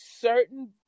certain